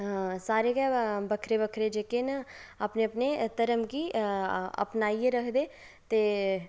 सारे गे बक्खरे बक्खरे जेह्के न अपने अपने धर्म गी अपनाइयै रखदे ते